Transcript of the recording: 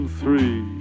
three